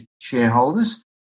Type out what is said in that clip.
shareholders